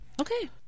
Okay